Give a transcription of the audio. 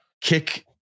kick